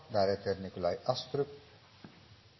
takke Nikolai Astrup